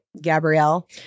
Gabrielle